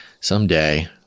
Someday